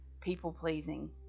people-pleasing